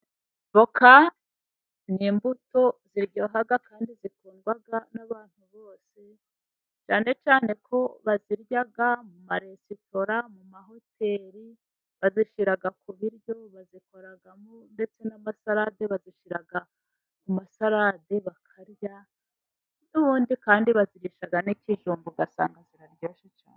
Voka ni imbuto ziryoha kandi zikundwa n'abantu bose, cyane cyane ko bazirya mu maresitora mu mahoteli, bazishyira ku biryo bazikoramo ndetse n'amasalade, bazishyira ku masalade bakarya, ubundi kandi bazirisha n'ikijumba ugasanga ziraryoshye cyane.